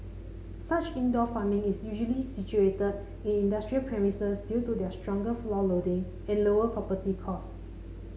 such indoor farming is usually situated in industrial premises due to their stronger floor loading and lower property costs